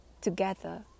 together